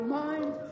mind